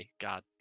God